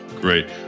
Great